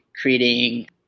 creating